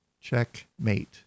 Checkmate